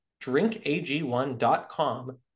drinkag1.com